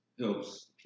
helps